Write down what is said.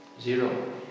Zero